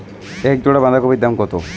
এক জোড়া বাঁধাকপির দাম কত?